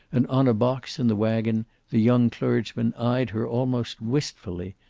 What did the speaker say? and on a box in the wagon the young clergyman eyed her almost wistfully.